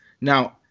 Now